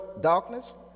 darkness